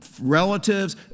relatives